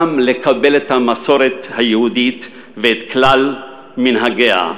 גם לקבלת המסורת היהודית וכלל מנהגיה,